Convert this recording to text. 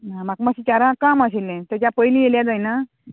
ना म्हाका मात्शें चारांक काम आशिल्लें तेच्या पयलीं येयल्या जायना